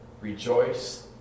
rejoice